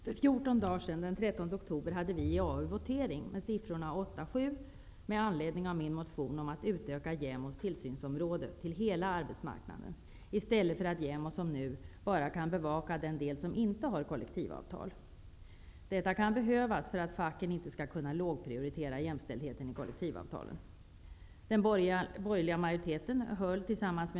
För 14 dagar sedan, den 13 oktober, hade vi en votering i arbetsmarknadsutskottet med siffrorna 8 till 7 med anledning av min motion om att man skall utöka JämO:s tillsynsområde till att gälla hela arbetsmarknaden. I dag kan JämO bara bevaka den del av arbetsmarknaden som inte har kollektivavtal. Detta kan behövas för att facken inte skall kunna lågprioritera jämställdheten i kollektivavtalen.